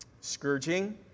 Scourging